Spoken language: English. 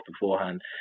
beforehand